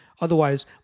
Otherwise